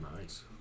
nice